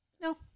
No